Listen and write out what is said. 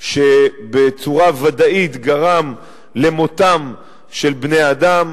שבוודאות גרם למותם של בני-אדם.